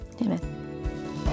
Amen